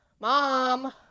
Mom